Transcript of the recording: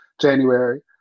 January